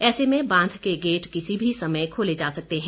ऐसे में बांध के गेट किसी भी समय खोले जा सकते हैं